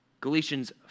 Galatians